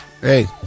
Hey